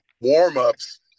warm-ups